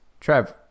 Trev